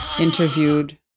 interviewed